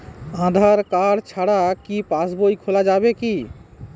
আধার card ছাড়া কি পাসবই খোলা যাবে কি?